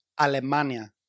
Alemania